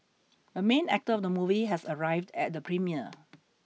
the main actor of the movie has arrived at the premiere